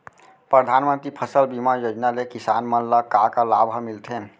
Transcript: परधानमंतरी फसल बीमा योजना ले किसान मन ला का का लाभ ह मिलथे?